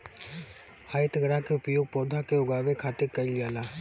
हरितगृह के उपयोग पौधा के उगावे खातिर कईल जाला